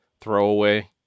throwaway